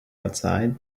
outside